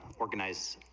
organize,